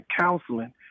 counseling